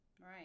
right